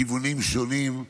מכיוונים שונים,